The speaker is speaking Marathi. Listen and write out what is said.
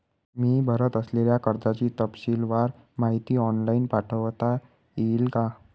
मी भरत असलेल्या कर्जाची तपशीलवार माहिती ऑनलाइन पाठवता येईल का?